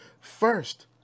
first